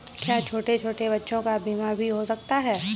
क्या छोटे छोटे बच्चों का भी बीमा हो सकता है?